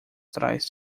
trás